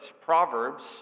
Proverbs